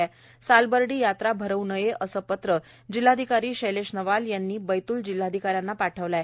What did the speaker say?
त्यामुळे सालबर्डी यात्रा भरवू नये असे पत्र जिल्हाधिकारी शैलेश नवाल यांनी बैतूल जिल्हाधिका यांना पाठविले आहे